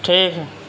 ٹھیک ہے